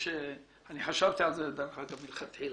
אני חשבתי על זה דרך אגב מלכתחילה.